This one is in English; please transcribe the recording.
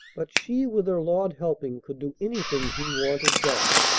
but she with her lord helping could do anything he wanted done.